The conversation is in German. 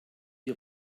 die